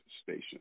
station